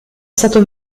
stato